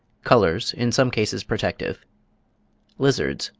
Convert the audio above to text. colours in some cases protective lizards,